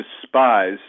despise